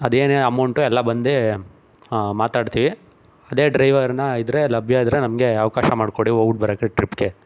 ಅದೇನೇ ಅಮೌಂಟು ಎಲ್ಲ ಬಂದು ಮಾತಾಡ್ತೀವಿ ಅದೇ ಡ್ರೈವರ್ನಾ ಇದ್ದರೆ ಲಭ್ಯ ಇದ್ದರೆ ನಮಗೆ ಅವಕಾಶ ಮಾಡಿಕೊಡಿ ಹೋಗ್ಬಿಟ್ ಬರೋಕ್ಕೆ ಟ್ರಿಪ್ಗೆ